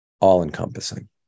all-encompassing